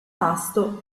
tasto